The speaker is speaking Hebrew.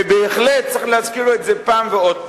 ובהחלט צריך להזכיר את זה פעם ועוד פעם,